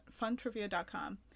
funtrivia.com